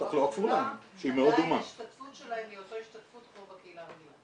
תחלואה כפולה עדיין ההשתתפות שלהם היא אותה השתתפות כמו בקהילה הרגילה.